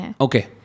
Okay